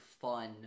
fun